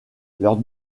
leurs